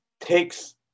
takes